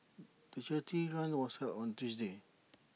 the charity run was held on Tuesday